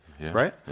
right